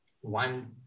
one